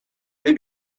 they